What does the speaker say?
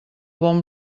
bon